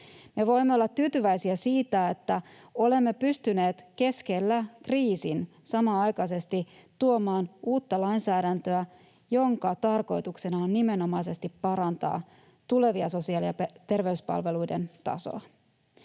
Me voimme olla tyytyväisiä siitä, että olemme pystyneet kriisin keskellä samanaikaisesti tuomaan uutta lainsäädäntöä, jonka tarkoituksena on nimenomaisesti parantaa tulevien sosiaali- ja terveyspalveluiden tasoa.